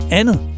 andet